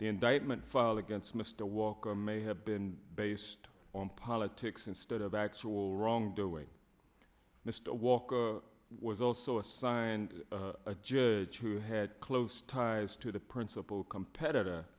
the indictment filed against mr walker may have been based on politics instead of actual wrongdoing mr walker was also assigned a judge who had close ties to the principal competitor